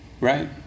Right